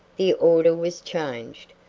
the order was changed,